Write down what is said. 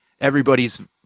everybody's